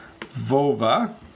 vova